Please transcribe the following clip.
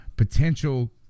Potential